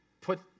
put